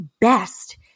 best